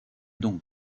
donc